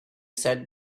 sat